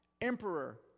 Emperor